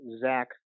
Zach